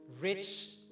rich